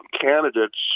candidates